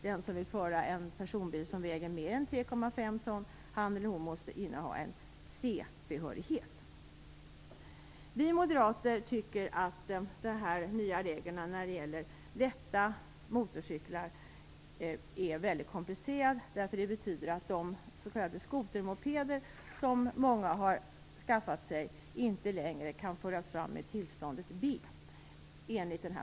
Den som vill köra en personbil som väger mer än 3,5 ton måste inneha C Vi moderater anser att de nya reglerna när det gäller lätta motorcyklar är väldigt komplicerade. Enligt propositionen betyder det att de s.k. skotermopeder som många har skaffat sig inte längre kan föras fram med tillståndet B.